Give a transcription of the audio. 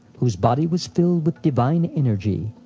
whose body was filled with divine energy.